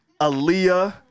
Aaliyah